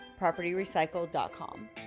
PropertyRecycle.com